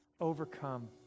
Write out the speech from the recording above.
overcome